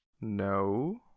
No